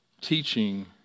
teaching